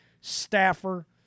staffer